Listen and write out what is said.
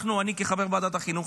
כחבר ועדת החינוך,